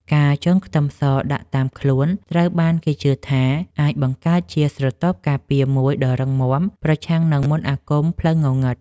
ការចងខ្ទឹមសដាក់តាមខ្លួនត្រូវបានគេជឿថាអាចបង្កើតជាស្រទាប់ការពារមួយដ៏រឹងមាំប្រឆាំងនឹងមន្តអាគមផ្លូវងងឹត។